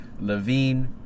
Levine